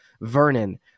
Vernon